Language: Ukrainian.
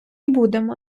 будемо